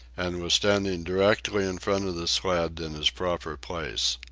and was standing directly in front of the sled in his proper place.